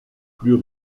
plus